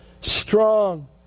strong